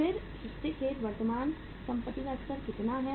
फिर से खेद वर्तमान संपत्ति का स्तर कितना है